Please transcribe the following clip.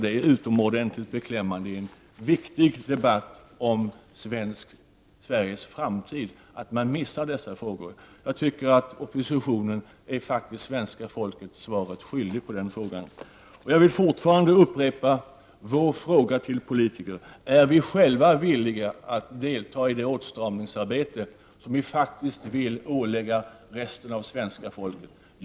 Det är utomordentligt beklämmande att man i en viktig debatt om Sveriges framtid mis sar dessa saker. Oppositionen är faktiskt svenska folket svaret skyldig på den frågan. Jag vill upprepa vår fråga till politikerna: Är vi själva villiga att delta i det åtstramningsarbete som vi faktiskt vill ålägga resten av svenska folket?